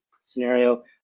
scenario